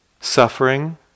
Suffering